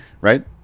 right